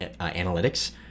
analytics